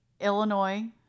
Illinois